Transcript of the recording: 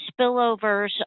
spillovers